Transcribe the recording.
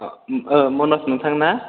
ओ मनज नोंथांना